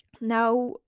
Now